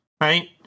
right